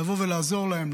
לבוא ולעזור להם,